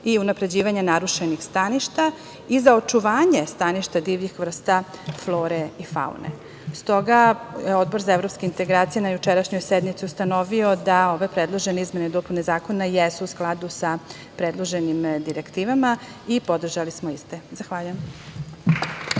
i unapređivanje narušenih staništa i za očuvanje staništa divljih vrsta flore i faune.S toga, Odbor za evropske integracije na jučerašnjoj sednici je ustanovio da ove predložene izmene i dopune Zakona jesu u skladu sa predloženim direktivama i podržali smo iste. Zahvaljujem.